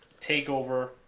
takeover